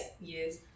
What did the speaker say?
Yes